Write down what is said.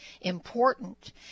important